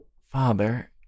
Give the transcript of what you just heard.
father